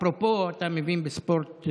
אפרופו, אתה מבין בספורט,